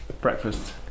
breakfast